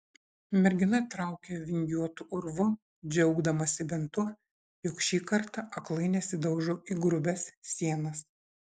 mergina traukė vingiuotu urvu džiaugdamasi bent tuo jog šį kartą aklai nesidaužo į grubias sienas